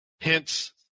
Hence